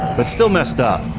but still messed up.